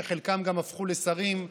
שחלקם גם הפכו לשרים,